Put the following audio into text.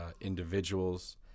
individuals